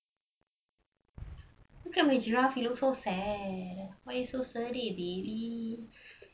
look at my giraffe it looks so sad why you so sedih baby